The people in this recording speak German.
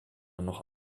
noch